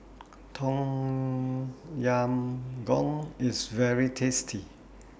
Tom Yam Goong IS very tasty